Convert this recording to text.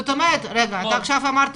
אתה אמרת